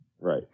Right